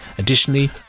Additionally